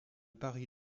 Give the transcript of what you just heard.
paris